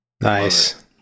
Nice